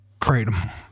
Kratom